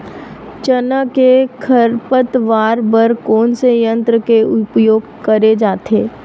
चना के खरपतवार बर कोन से यंत्र के उपयोग करे जाथे?